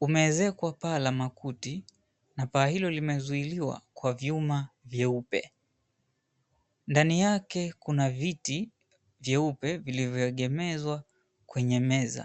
Umeezekwa paa la makuti na paa hilo limezuiliwa kwa vyuma vyeupe. Ndani yake kuna viti vyeupe vilivyoegemezwa kwenye meza.